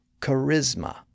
charisma